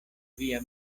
via